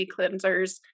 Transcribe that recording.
cleansers